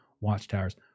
watchtowers